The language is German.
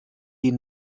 die